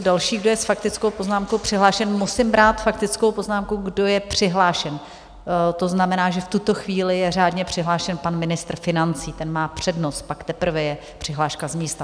Další, kdo je faktickou poznámkou přihlášen musím brát faktickou poznámku, kdo je přihlášen, to znamená, že v tuto chvíli je řádně přihlášen pan ministr financí, ten má přednost, pak teprve je přihláška z místa.